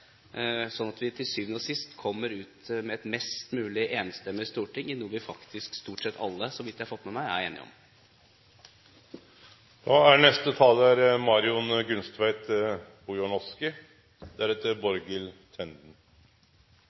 sånn at vi til syvende og sist får et mest mulig enstemmig storting i en sak der vi, faktisk stort sett alle, så vidt jeg har fått med meg, er